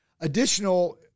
Additional